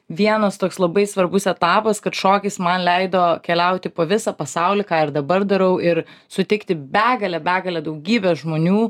vienas toks labai svarbus etapas kad šokis man leido keliauti po visą pasaulį ką ir dabar darau ir sutikti begalę begalę daugybę žmonių